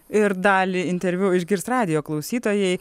ir dalį interviu išgirs radijo klausytojai